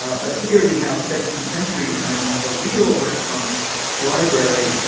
um but here we have a seventeenth century image of a real renaissance library